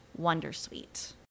Wondersuite